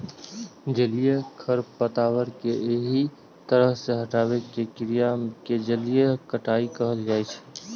जलीय खरपतवार कें एहि तरह सं हटाबै के क्रिया कें जलीय कटाइ कहल जाइ छै